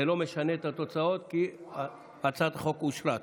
זה לא משנה את התוצאות, כי הצעת החוק אושרה.